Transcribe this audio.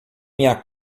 minha